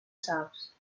saps